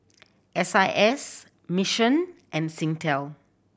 S I S Mission and Singtel